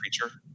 creature